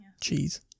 Cheese